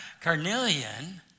carnelian